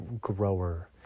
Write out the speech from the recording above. grower